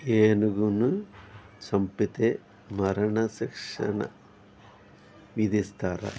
ఏనుగును చంపితే మరణశిక్ష విధిస్తారు